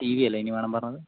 TV അല്ലേ ഇനി വേണം പറഞ്ഞത്